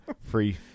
free